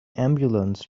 ambulance